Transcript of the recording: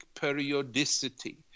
periodicity